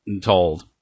told